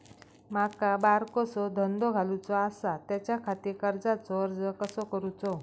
माका बारकोसो धंदो घालुचो आसा त्याच्याखाती कर्जाचो अर्ज कसो करूचो?